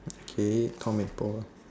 okay Tom and Paul